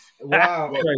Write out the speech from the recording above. Wow